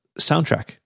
soundtrack